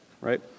right